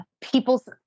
people's